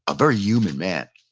very human man.